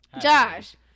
Josh